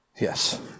Yes